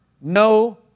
no